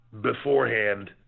beforehand